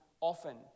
often